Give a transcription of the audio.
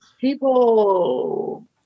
People